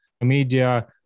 media